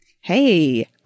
Hey